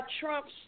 Trump's